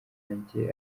wanjye